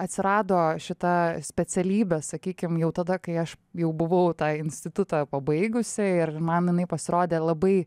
atsirado šita specialybė sakykim jau tada kai aš jau buvau tą institutą pabaigusi ir man jinai pasirodė labai